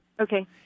Okay